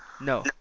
No